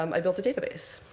um i built a database.